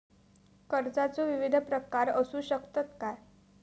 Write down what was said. कर्जाचो विविध प्रकार असु शकतत काय?